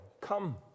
Come